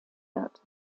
wird